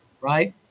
right